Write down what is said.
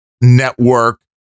network